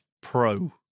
Pro